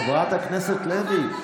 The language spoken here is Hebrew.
חברת הכנסת לוי,